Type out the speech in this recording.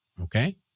Okay